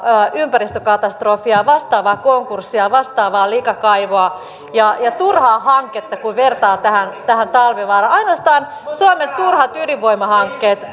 ympäristökatastrofia vastaavaa konkurssia vastaavaa likakaivoa ja turhaa hanketta kun vertaa tähän tähän talvivaaraan ainoastaan suomen turhat ydinvoimahankkeet